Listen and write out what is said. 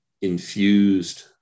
infused